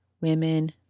women